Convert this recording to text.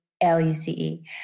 L-U-C-E